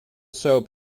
soap